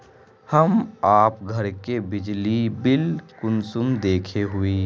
हम आप घर के बिजली बिल कुंसम देखे हुई?